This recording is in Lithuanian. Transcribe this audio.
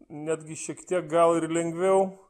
netgi šiek tiek gal ir lengviau